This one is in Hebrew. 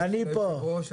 בבקשה,